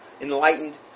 enlightened